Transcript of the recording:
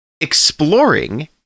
exploring